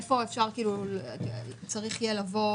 איפה צריך יהיה לבוא